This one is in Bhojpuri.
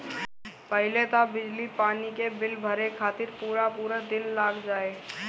पहिले तअ बिजली पानी के बिल भरे खातिर पूरा पूरा दिन लाग जाए